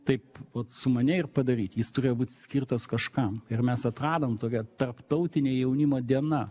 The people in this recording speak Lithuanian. taip sumanei ir padaryt jis turėjo būt skirtas kažkam ir mes atradom tokią tarptautinė jaunimo diena